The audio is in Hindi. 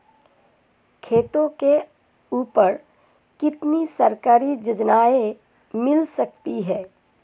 खेतों के ऊपर कितनी सरकारी योजनाएं मिल सकती हैं?